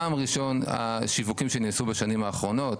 טעם ראשון, השיווקים שנעשו בשנים האחרונות.